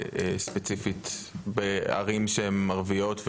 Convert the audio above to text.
ספציפית בערים ערביות,